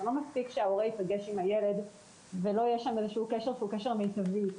לא מספיק שההורה ייפגש עם הילד ולא יהיה שם איזשהו קשר שהוא קשר מיטבי.